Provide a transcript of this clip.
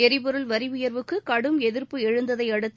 எரிபொருள் வரி உயர்வுக்கு கடும் எதிர்ப்பு எழுந்ததையடுத்து